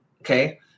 okay